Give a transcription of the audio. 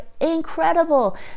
incredible